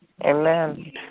Amen